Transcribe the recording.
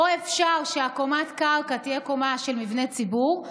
או שאפשר שקומת הקרקע תהיה קומה של מבני ציבור,